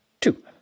two